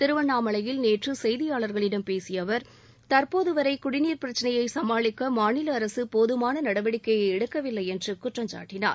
திருவண்ணாமலையில் நேற்று செய்தியாளர்களிடம் பேசிய அவர் தற்போதுவரை குடிநீர் பிரச்சினையை சமாளிக்க மாநில அரசு போதமான நடவடிக்கையை எடுக்கவில்லை என்று குற்றம் சாட்டனார்